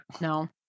No